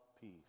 Peace